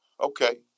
okay